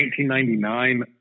1999